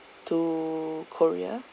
to korea